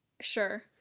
Sure